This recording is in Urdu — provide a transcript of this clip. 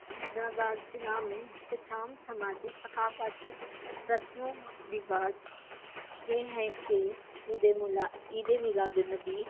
حیدرآباد ضلع میں کچھ عام سماجی ثقافتی رسم و رواج یہ ہے کہ عید مولا عید میلاد النّبی